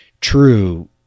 true